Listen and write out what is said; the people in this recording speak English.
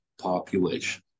population